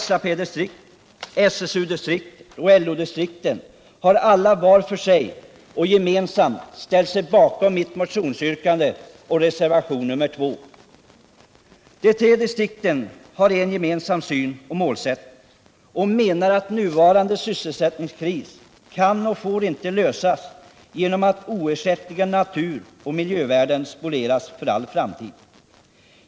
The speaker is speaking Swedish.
SAP/SSU och LO-distrikten har alla, var för sig och gemensamt, ställt sig bakom mitt motionsyrkande och reservationen 2. De tre distrikten har en gemensam syn och målsättning och menar att nuvarande sysselsättningskris kan och får inte lösas genom att oersättliga naturoch miljövärden spolieras för all framtid.